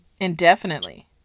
indefinitely